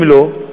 אם לא,